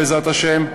בעזרת השם,